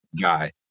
guy